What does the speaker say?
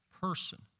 person